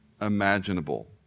imaginable